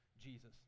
Jesus